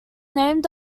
named